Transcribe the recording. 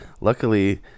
Luckily